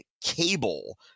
cable